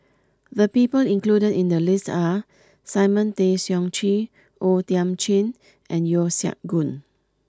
the people included in the list are Simon Tay Seong Chee O Thiam Chin and Yeo Siak Goon